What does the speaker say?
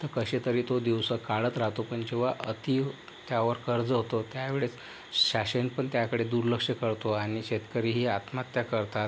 तर कसेतरी तो दिवस काढत राहतो पण जेव्हा अति त्यावर कर्ज होतं त्या वेळेस शासनपण त्याकडे दुर्लक्ष करतो आणि शेतकरीही आत्महत्या करतात